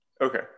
okay